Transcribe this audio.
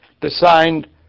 designed